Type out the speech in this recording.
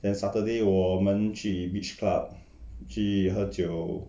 then saturday 我们去 beach club 去喝酒